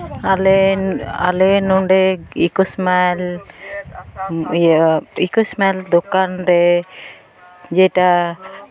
ᱟᱞᱮ ᱟᱞᱮ ᱱᱚᱰᱮ ᱤᱠᱳᱥᱢᱟᱞ ᱤᱠᱳᱥᱢᱟᱞ ᱫᱚᱠᱟᱱ ᱨᱮ ᱡᱮᱴᱟ